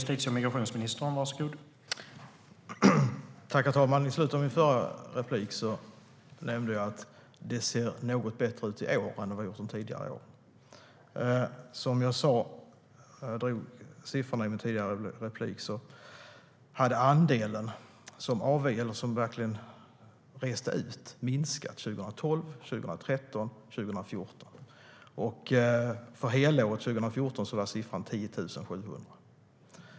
Herr talman! I slutet av mitt förra inlägg nämnde jag att det ser något bättre ut i år än tidigare år. Som jag sa när jag drog siffrorna hade andelen som verkligen reste ut minskat 2012, 2013 och 2014. För helåret 2014 var siffran 10 700.